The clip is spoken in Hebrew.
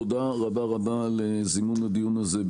תודה רבה על זימון הדיון הזה.